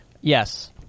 Yes